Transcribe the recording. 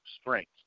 strength